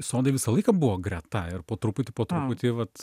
sodai visą laiką buvo greta ir po truputį po truputį vat